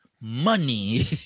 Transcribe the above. money